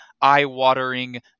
eye-watering